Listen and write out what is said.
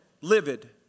livid